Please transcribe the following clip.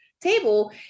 table